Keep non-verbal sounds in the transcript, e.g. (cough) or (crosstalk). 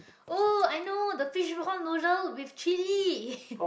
!oh! i know the fishball-noodle with chilli (laughs)